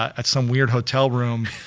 at some weird hotel room.